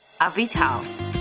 Avital